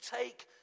take